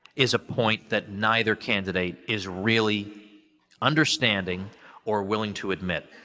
is a point that neither candidate is really understanding or willing to admit,